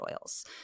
oils